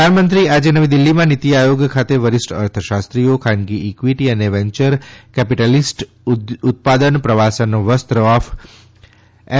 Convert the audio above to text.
પ્રધાનમંત્રી આજે નવી દિલ્હીમાં નીતિ આયોગ ખાતે વરિષ્ઠ અર્થશાસ્ત્રીઓ ખાનગી ઇક્વીટી અને વેન્યર કેપીટલીસ્ટ ઉત્પાદન પ્રવાસન વસ્ત્ર ઓફ એમ